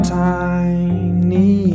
tiny